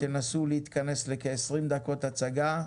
תנסו להתכנס לכ-20 דקות הצגה,